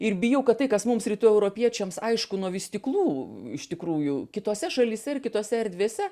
ir bijau kad tai kas mums rytų europiečiams aišku nuo vystyklų iš tikrųjų kitose šalyse ir kitose erdvėse